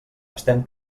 estem